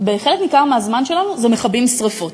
בחלק ניכר מהזמן שלנו זה מכבים שרפות.